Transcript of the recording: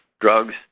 drugs